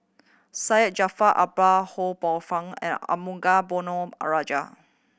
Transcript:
Syed Jaafar Albar Ho Poh Fun and Arumugam Ponnu Rajah